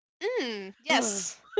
yes